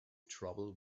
trouble